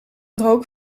rook